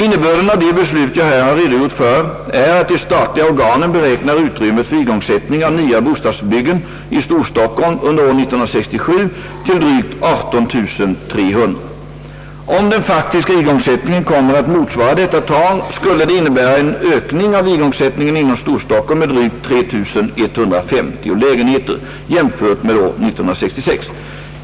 Innebörden av de beslut jag här har redogjort för är att de statliga organen beräknar utrymmet för igångsättning av nya bostadsbyggen i Storstockholm under år 1967 till drygt 18300. Om den faktiska igångsättningen kommer att motsvara detta tal skulle det innebära en ökning av igångsättningen inom Storstockholm med drygt 3 150 lägenheter jämfört med år 1966.